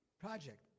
project